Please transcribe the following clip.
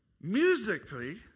musically